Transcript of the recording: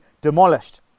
demolished